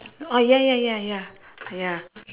oh ya ya ya ya ya